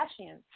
Kardashians